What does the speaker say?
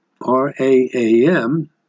R-A-A-M